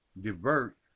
divert